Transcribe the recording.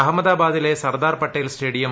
അഹമ്മദാബാദിലെ സർദാർ പാട്ടേൽ സ്റ്റേഡിൽ